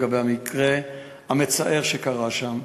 לגבי המקרה המצער שקרה שם,